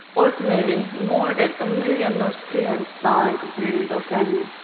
ultimately, more than a million north koreans died during the famine,